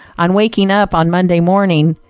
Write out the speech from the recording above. on waking up on monday morning,